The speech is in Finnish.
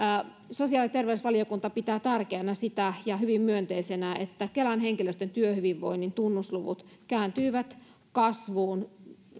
sosiaali ja terveysvaliokunta pitää tärkeänä ja hyvin myönteisenä sitä että kelan henkilöstön työhyvinvoinnin tunnusluvut kääntyivät kasvuun